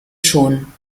schon